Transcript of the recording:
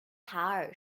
塔尔